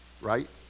right